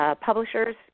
Publishers